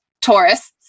tourists